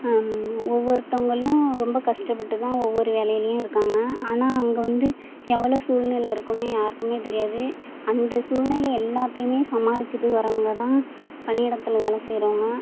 ஒவ்வொருத்தவங்களும் ரொம்ப கஷ்டப்பட்டு தான் ஒவ்வொரு வேலையிலேயும் இருக்காங்க ஆனால் அங்கே வந்து எவ்வளோ சூழ்நில இருக்குதுன்னு யாருக்குமே தெரியாது அந்த சூழ்நில எல்லாத்தையுமே சமாளிச்சுட்டு வர்றவங்கதான் பணியிடத்தில் வேலை செய்கிறவங்க